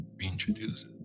reintroduce